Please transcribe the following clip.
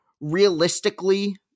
realistically